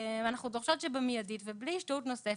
אנחנו דורשות שבמידית ובלי השתהות נוספת,